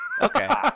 Okay